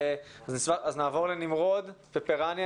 נעבור לנמרוד פפרני,